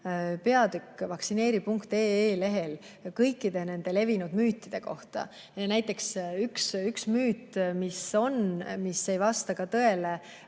peatükk vaktsineeri.ee lehel kõikide nende levinud müütide kohta. Näiteks üks müüt, mis on ja mis ei vasta tõele,